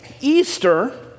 Easter